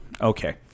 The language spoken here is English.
Okay